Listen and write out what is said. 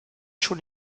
schon